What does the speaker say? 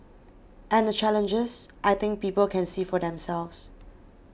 and the challenges I think people can see for themselves